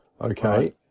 Okay